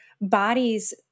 bodies